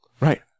Right